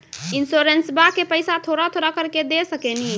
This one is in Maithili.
इंश्योरेंसबा के पैसा थोड़ा थोड़ा करके दे सकेनी?